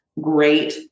great